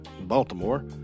Baltimore